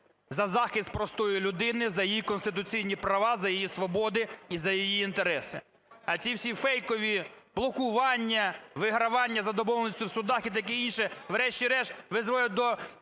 за захист простої людини, за її конституційні права, за її свободи і за її інтереси. А ці всі фейкові блокування, вигравання за домовленістю у судах і таке інше, врешті-решт, призводять до